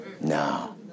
No